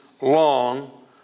long